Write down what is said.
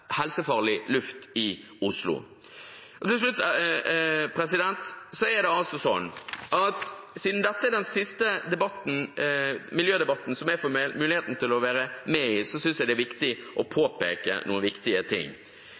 helsefarlig luft i Oslo. Til slutt: Siden dette er den siste miljødebatten som jeg får muligheten til å være med i, synes jeg det er viktig å påpeke noen viktige ting,